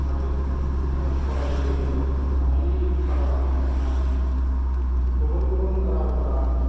आरो फरायगिरिफोर थानायनि खर'नाव गुबुन गुबुन रावफोरा